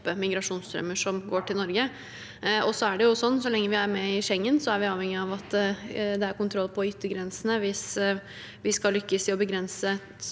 som går til Norge. Så lenge vi er med i Schengen, er vi avhengig av at det er kontroll på yttergrensene hvis vi skal lykkes i å begrense